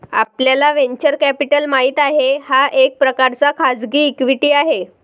आपल्याला venture capital माहित आहे, हा एक प्रकारचा खाजगी इक्विटी आहे